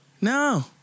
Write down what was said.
No